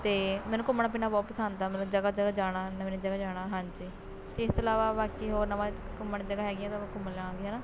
ਅਤੇ ਮੈਨੂੰ ਘੁੰਮਣਾ ਫਿਰਨਾ ਬਹੁਤ ਪਸੰਦ ਆ ਮਤਲਬ ਜਗ੍ਹਾ ਜਗ੍ਹਾ ਜਾਣਾ ਨਵੀਂ ਨਵੀਂ ਜਗ੍ਹਾ ਜਾਣਾ ਹਾਂਜੀ ਅਤੇ ਇਸ ਤੋਂ ਇਲਾਵਾ ਬਾਕੀ ਹੋਰ ਨਵਾਂ ਘੁੰਮਣ ਜਗ੍ਹਾ ਹੈਗੀਆਂ ਤਾਂ ਆਪਾਂ ਘੁੰਮਣ ਜਾਵਾਂਗੇ ਹੈ ਨਾ